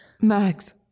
Max